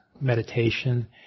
meditation